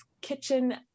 kitchen